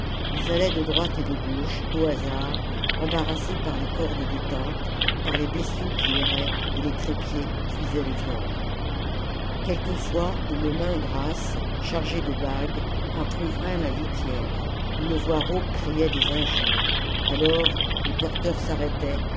ils allaient de droite et de gauche au hasard embarrassés par les cordes des tentes par les bestiaux qui erraient et les trépieds oh cuisaient les viandes quelquefois une main grasse chargée de bagues entr'ouvrait la htière une voix rauque criait des injures alors les porteurs s'arrêtaient